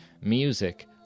music